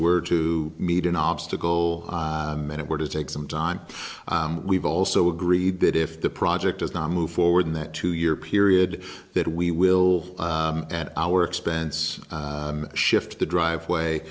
were to meet an obstacle meant it were to take some time we've also agreed that if the project does not move forward in that two year period that we will at our expense shift the driveway